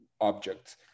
objects